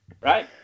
Right